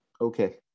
Okay